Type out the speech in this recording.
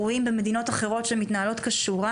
רואים במדינות אחרות שמתנהלות כשורה,